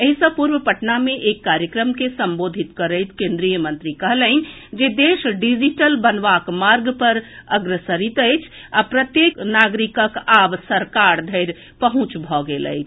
एहि सँ पूर्व पटना मे एक कार्यक्रम के संबोधित करैत केंद्रीय मंत्री कहलनि जे देश डिजिटल बनबाक मार्ग पर अग्रसर अछि आ प्रत्येक नागरिकक आब सरकार धरि पहुंच भऽ गेल अछि